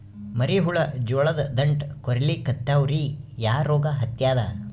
ಮರಿ ಹುಳ ಜೋಳದ ದಂಟ ಕೊರಿಲಿಕತ್ತಾವ ರೀ ಯಾ ರೋಗ ಹತ್ಯಾದ?